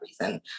reason